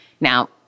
Now